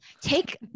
take